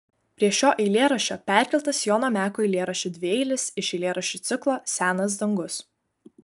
prie šio eilėraščio perkeltas jono meko eilėraščio dvieilis iš eilėraščių ciklo senas dangus